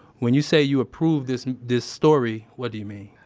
when you say you approve this, this story, what do you mean?